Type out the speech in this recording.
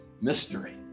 mystery